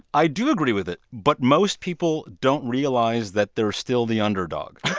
i do agree with it, but most people don't realize that they're still the underdog